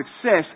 success